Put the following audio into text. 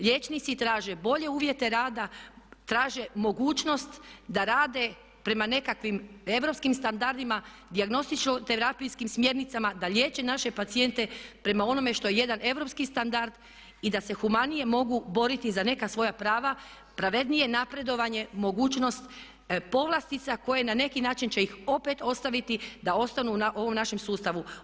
Liječnici traže bolje uvjete rada, traže mogućnost da rade prema nekakvim europskim standardima dijagnostičko terapijskim smjernicama, da liječe naše pacijente prema onome što je jedan europski standard i da se humanije mogu boriti za neka svoja prava, pravednije napredovanje, mogućnost povlastica koje na neki način će ih opet ostaviti da ostanu u ovom našem sustavu.